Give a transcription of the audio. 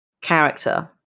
character